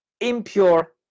impure